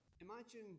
Imagine